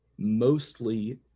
Mostly